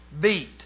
Beat